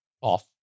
off